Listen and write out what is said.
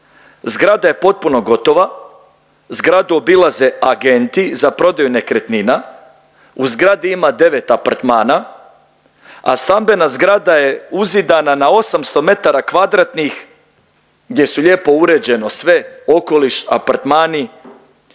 Zgrada je potpuno gotova, zgradu obilaze agenti za prodaju nekretnina. U zgradi ima 9 apartmana, a stambena zgrada je uzidana na 800 metara kvadratnih gdje su lijepo uređeno sve okoliš, apartmani